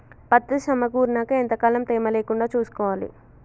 పత్తి సమకూరినాక ఎంత కాలం తేమ లేకుండా చూసుకోవాలి?